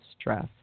stress